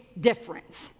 difference